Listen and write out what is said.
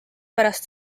pärast